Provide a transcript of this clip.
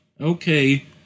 Okay